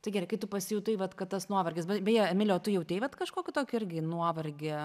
tai gerai kai tu pasijutai vat kad tas nuovargis beje emili o tu jautei vat kažkokį tokį irgi nuovargį